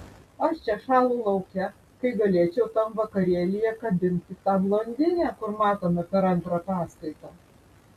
aš čia šąlu lauke kai galėčiau tam vakarėlyje kabinti tą blondinę kur matome per antrą paskaitą